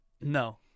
No